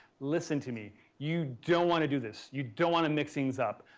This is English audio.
listen to me. you don't want to do this. you don't want to mix things up.